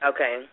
Okay